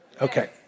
Okay